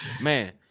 Man